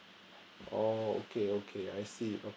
oh okay okay I see